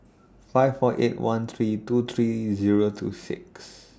five four eight one three two three Zero two six